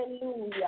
hallelujah